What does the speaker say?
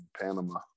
Panama